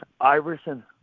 Iverson